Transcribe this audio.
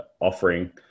offering